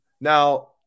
now